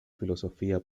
filosofía